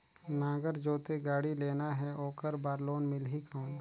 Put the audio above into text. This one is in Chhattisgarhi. नागर जोते गाड़ी लेना हे ओकर बार लोन मिलही कौन?